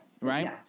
right